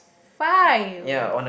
five